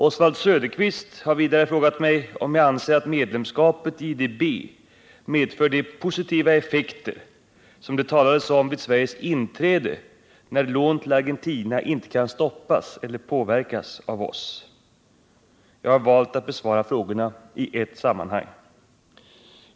Oswald Söderqvist har vidare frågat mig om jag anser att medlemskapet i IDB medför de positiva effekter som det talades om vid Sveriges inträde, när lån till Argentina inte kan stoppas eller påverkas av oss. Jag har valt att besvara frågorna i ett sammanhang.